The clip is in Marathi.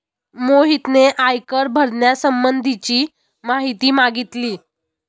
मोहितने आयकर भरण्यासंबंधीची माहिती मागितली